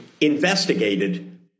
investigated